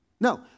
No